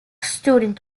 student